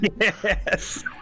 Yes